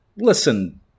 Listen